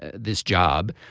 ah this job.